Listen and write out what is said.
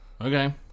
okay